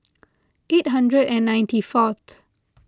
eight hundred and ninety fourth